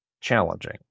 challenging